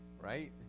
right